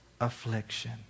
affliction